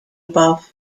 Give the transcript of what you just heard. above